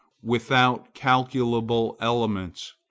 without calculable elements,